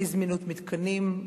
אי-זמינות מתקנים,